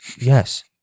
Yes